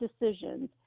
decisions